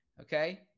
Okay